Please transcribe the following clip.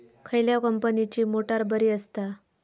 खयल्या कंपनीची मोटार बरी असता?